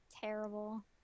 Terrible